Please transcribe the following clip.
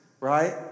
Right